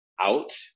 out